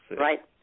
Right